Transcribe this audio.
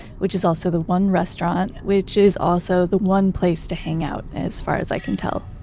which is also the one restaurant, which is also the one place to hang out as far as i can tell